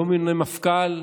לא מינוי מפכ"ל,